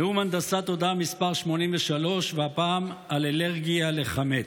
נאום הנדסת תודעה מס' 83, והפעם על אלרגיה לחמץ.